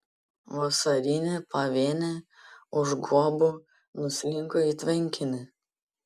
vasarinė pavėnė už guobų nuslinko į tvenkinį